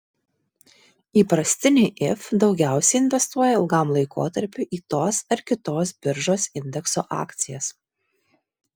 įprastiniai if daugiausiai investuoja ilgam laikotarpiui į tos ar kitos biržos indekso akcijas